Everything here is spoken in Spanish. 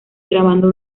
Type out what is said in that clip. grabando